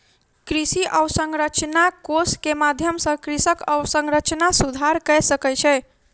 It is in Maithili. कृषि अवसंरचना कोष के माध्यम सॅ कृषक अवसंरचना सुधार कय सकै छै